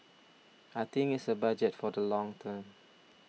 I think it's a Budget for the long term